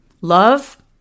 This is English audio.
love